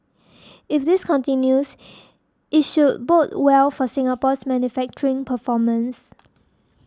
if this continues it should bode well for Singapore's manufacturing performance